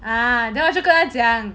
ah then 我就跟他讲